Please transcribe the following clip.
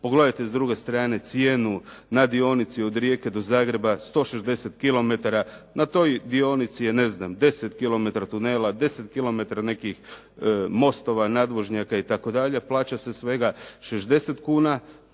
Pogledajte s druge strane cijenu na dionici od Rijeke do Zagreba 160 kilometara. Na toj dionici je ne znam 10 kilometara tunela, 10 kilometara nekih mostova, nadvožnjaka itd. a plaća se svega 60 kuna,